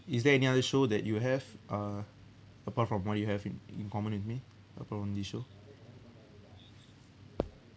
is there any other show that you have uh apart from what you have in in common with me show